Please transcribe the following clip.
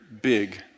big